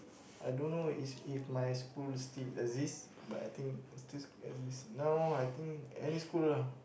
I don't is if my school is still exist but I think is this is this now I think any school lah